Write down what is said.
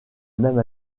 même